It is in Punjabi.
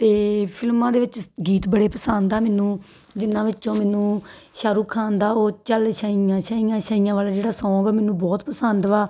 ਅਤੇ ਫਿਲਮਾਂ ਦੇ ਵਿੱਚ ਗੀਤ ਬੜੇ ਪਸੰਦ ਆ ਮੈਨੂੰ ਜਿਨ੍ਹਾਂ ਵਿੱਚੋਂ ਮੈਨੂੰ ਸ਼ਾਹਰੁਖ ਖਾਨ ਦਾ ਉਹ ਵਾਲਾ ਜਿਹੜਾ ਸੋਂਗ ਉਹ ਮੈਨੂੰ ਬਹੁਤ ਪਸੰਦ ਵਾ